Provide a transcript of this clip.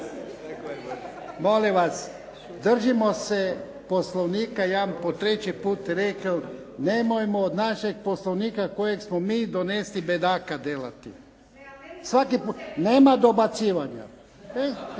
Molim vas, držimo se poslovnik. Ja ću po treći put reći. Nemojmo od našeg Poslovnika kojeg smo mi donijeli bedaka raditi. …/Upadica